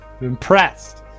Impressed